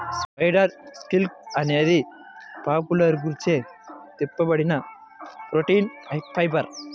spider silk అనేది సాలెపురుగులచే తిప్పబడిన ప్రోటీన్ ఫైబర్